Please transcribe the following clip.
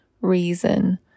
reason